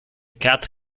cat